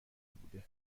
بوده